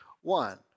one